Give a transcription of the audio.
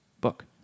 book